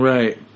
Right